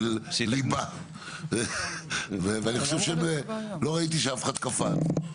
אני חושב, לא ריאתי שאף אחד קפץ.